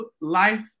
life